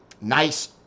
nice